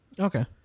Okay